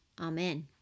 Amen